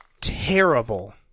terrible